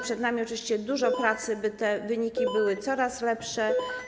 Przed nami oczywiście dużo pracy, by te wyniki były coraz lepsze.